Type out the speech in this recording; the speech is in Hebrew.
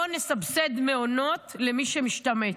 לא נסבסד מעונות למי שמשתמט.